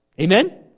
Amen